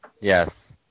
yes